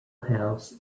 house